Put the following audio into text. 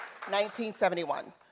1971